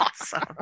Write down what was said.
awesome